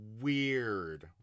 weird